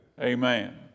Amen